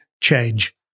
change